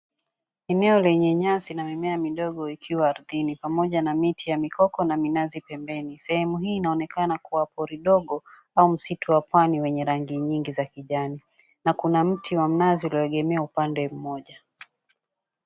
Eneo lenye nyasi na mimea ikiwa ardhini pamoja na mioti ya mikoko na minazi pembeni. Sehemu hii inaonekana kuwa pori dogo au misitu ya pwani wenye rangi mingi ya kijani na kuna miti ulioegemea upande mmoja.